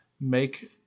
make